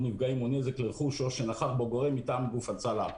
נפגעים או נזק לרכוש או שנכח בו גורם מטעם גוף הצלה.